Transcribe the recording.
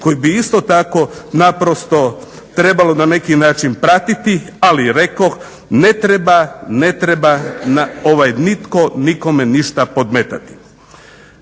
koje bi isto tako naprosto trebalo na neki način pratiti ali rekoh ne treba nitko nikome ništa podmetati.